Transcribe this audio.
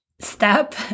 step